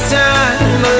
time